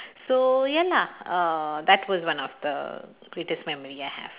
so ya lah uh that was one of the greatest memory I have